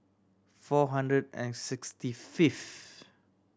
four hundred and sixty fifth